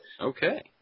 Okay